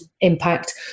impact